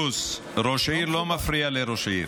פינדרוס, ראש עיר לא מפריע לראש עיר.